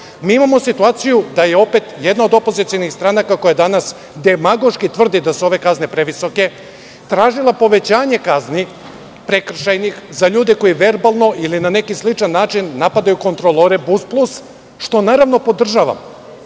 Imamo situaciju da je opet jedna od opozicionih stranaka koja danas demagoški tvrdi da su ove kazne previsoke, tražila povećanje prekršajnih kazni za ljude koji verbalno ili na neki sličan način napadaju kontrolore BusPlus-a, što podržavam.